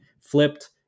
flipped